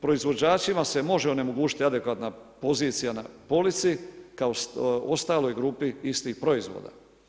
Proizvođačima se može onemogućiti adekvatna pozicija na polici kao ostaloj grupi istih proizvoda.